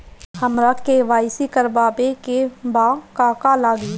हमरा के.वाइ.सी करबाबे के बा का का लागि?